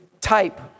type